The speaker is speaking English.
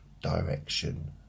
direction